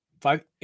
Five